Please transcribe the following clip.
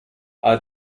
ale